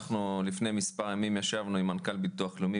אנחנו לפני מספר ימים ישבנו עם מנכ"ל ביטוח לאומי